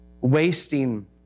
Wasting